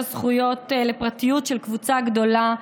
זכויות לפרטיות של קבוצה גדולה נפגעות.